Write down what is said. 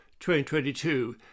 2022